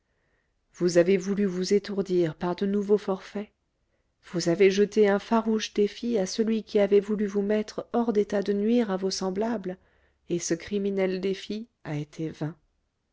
vous avez voulu vous étourdir par de nouveaux forfaits vous avez jeté un farouche défi à celui qui avait voulu vous mettre hors d'état de nuire à vos semblables et ce criminel défi a été vain